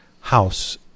house